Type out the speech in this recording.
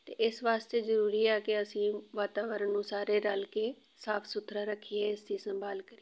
ਅਤੇ ਇਸ ਵਾਸਤੇ ਜ਼ਰੂਰੀ ਆ ਕਿ ਅਸੀਂ ਵਾਤਾਵਰਨ ਨੂੰ ਸਾਰੇ ਰਲ ਕੇ ਸਾਫ ਸੁਥਰਾ ਰੱਖੀਏ ਇਸ ਦੀ ਸੰਭਾਲ ਕਰੀਏ